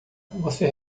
você